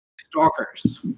Stalkers